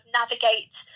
navigate